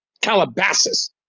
Calabasas